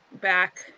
back